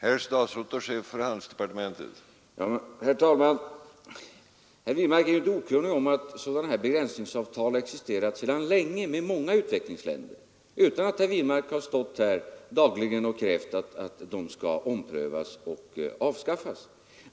Herr talman! Herr Wirmark är väl inte okunnig om att sådana begränsningsavtal sedan länge existerat med många utvecklingsländer 181 utan att herr Wirmark stått här dagligen och krävt att de skall omprövas och avskaffas.